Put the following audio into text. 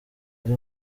ari